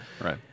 Right